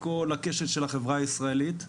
מכל הקשת של החברה הישראלית.